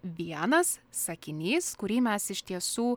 vienas sakinys kurį mes iš tiesų